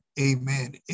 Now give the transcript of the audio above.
Amen